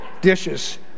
Dishes